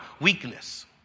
weakness